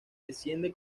desciende